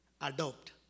Adopt